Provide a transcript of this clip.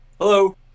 Hello